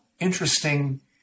interesting